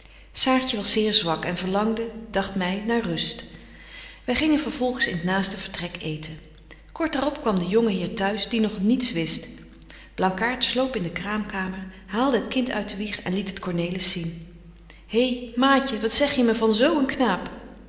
saartje was zeer zwak en verlangde dagt my naar rust wy gingen vervolgens in t naaste vertrek eeten kort daar op kwam de jonge heer t'huis die nog niets wist blankaart sloop in de kraamkamer haalde het kind uit de wieg en liet het cornelis zien he maatje wat betje wolff en aagje deken historie van mejuffrouw sara burgerhart zeg je me van zo een knaap